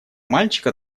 мальчика